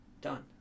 done